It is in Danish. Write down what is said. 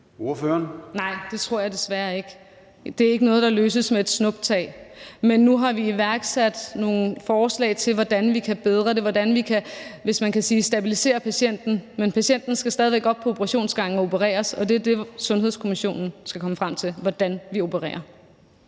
Nej, det tror jeg desværre ikke. Det er ikke noget, der løses med et snuptag. Men nu har vi iværksat nogle forslag til, hvordan vi kan bedre det, hvordan vi kan – hvis man kan sige det sådan – stabilisere patienten, men patienten skal stadig væk op på operationsgangen og opereres, og det er det, sundhedsstrukturkommissionen skal komme frem til, altså hvordan vi opererer.